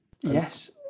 Yes